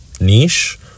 niche